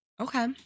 Okay